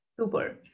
Super